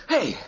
Hey